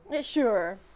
sure